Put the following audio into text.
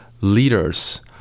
leaders